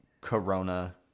corona